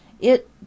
It